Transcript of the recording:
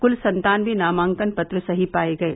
कुल सत्तानवे नामांकन पत्र सही पाये गये